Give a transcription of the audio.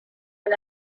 and